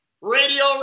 Radio